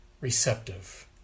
receptive